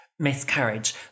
Miscarriage